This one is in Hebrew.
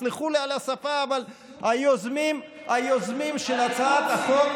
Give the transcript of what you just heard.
תסלחו לי על השפה, אבל היוזמים של הצעת החוק,